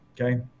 okay